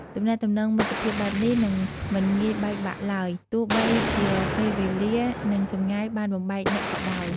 ទំនាក់ទំនងមិត្តភាពបែបនេះនឹងមិនងាយបែកបាក់ឡើយ ទោះបីជាពេលវេលានិងចម្ងាយបានបំបែកអ្នកក៏ដោយ។